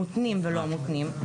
מותנים ולא מותנים,